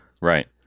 Right